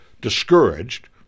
discouraged